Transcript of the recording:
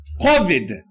COVID